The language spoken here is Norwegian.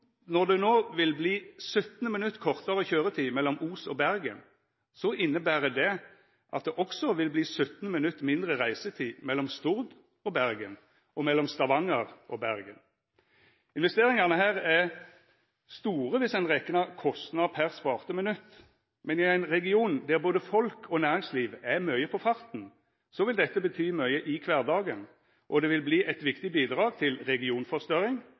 Når det no vil verta 17 minutt kortare køyretid mellom Os og Bergen, inneber det at det også vil verta 17 minutt mindre reisetid mellom Stord og Bergen og mellom Stavanger og Bergen. Investeringane her er store viss ein reknar kostnad per sparte minutt, men i ein region der både folk og næringsliv er mykje på farten, vil dette bety mykje i kvardagen, og det vil verta eit viktig bidrag til regionforstørring